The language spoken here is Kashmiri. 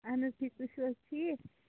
اہن حظ ٹھیٖکھ تُہۍ چھِو حظ ٹھیٖکھ